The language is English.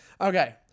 okay